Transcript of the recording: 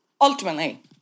Ultimately